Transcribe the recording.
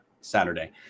Saturday